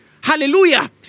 Hallelujah